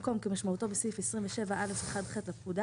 במקום "כמשמעותו בסעיף 27א1(ח) לפקודה"